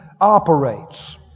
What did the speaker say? operates